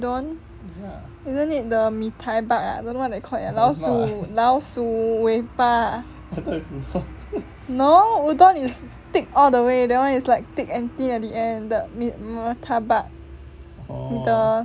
udon isn't it the meetaibak ah don't know what they call it lah 老鼠老鼠尾巴 ah no udon is thick all the way that [one] is thick and thin at the end the meetaibak the